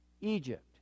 Egypt